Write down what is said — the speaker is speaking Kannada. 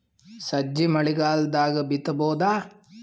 ಸಜ್ಜಿ ಮಳಿಗಾಲ್ ದಾಗ್ ಬಿತಬೋದ?